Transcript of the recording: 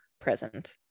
present